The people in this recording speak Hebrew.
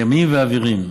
הימיים והאוויריים.